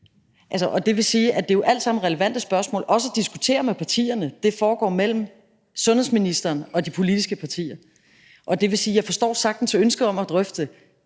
Det er jo alt sammen relevante spørgsmål og også relevant at diskutere med partierne, men det foregår mellem sundhedsministeren og de politiske partier. Jeg forstår sagtens ønsket om at drøfte